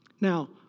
Now